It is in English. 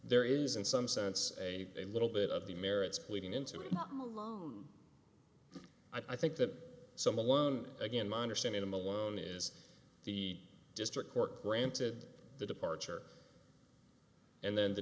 there is in some sense a little bit of the merits leading into it i think that some alone again my understanding i'm alone is the district court granted the departure and then the